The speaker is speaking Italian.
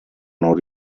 non